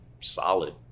solid